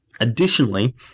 Additionally